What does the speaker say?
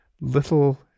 little